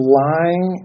lying